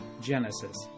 Genesis